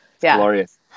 Glorious